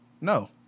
No